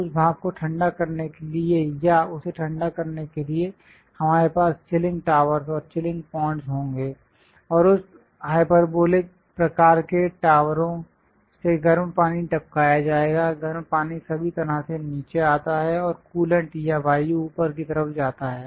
उस भाप को ठंडा करने के लिए या उसे ठंडा करने के लिए हमारे पास चिलिंग टावर्स और चिलिंग पॉन्ड्स होंगे और इस हाइपरबॉलिक प्रकार के टावरों से गर्म पानी टपकाया जाएगा गर्म पानी सभी तरह से नीचे आता है और कूलेंट या वायु ऊपर की तरफ जाता है